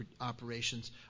operations